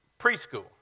preschool